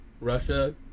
Russia